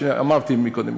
אמרתי קודם,